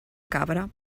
cabra